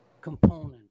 component